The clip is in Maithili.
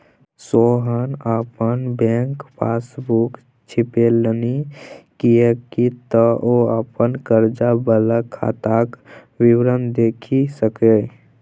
सोहन अपन बैक पासबूक छपेलनि किएक तँ ओ अपन कर्जा वला खाताक विवरण देखि सकय